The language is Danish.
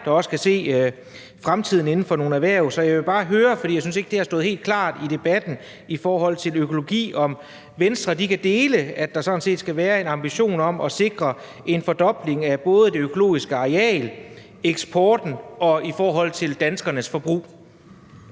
der også kan se fremtiden inden for nogle erhverv, så jeg vil bare høre, for jeg synes ikke, det har stået helt klart i debatten i forhold til økologi, om Venstre kan dele, at der sådan set skal være en ambition om at sikre en fordobling af både det økologiske areal og eksporten og i forhold til danskernes forbrug.